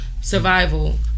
survival